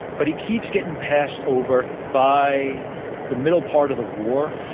but he keeps getting passed over by the middle part of the war.